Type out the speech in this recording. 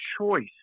choice